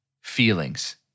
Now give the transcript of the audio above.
feelings